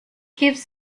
gives